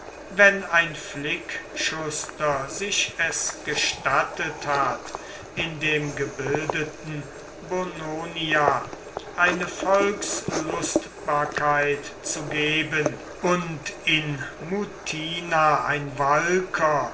wenn ein flickschuster sich es gestattet hat in dem gebildeten bononia eine volkslustbarkeit zu geben und in mutina ein walker